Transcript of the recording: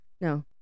No